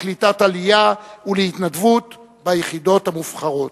לקליטת עלייה ולהתנדבות ביחידות המובחרות.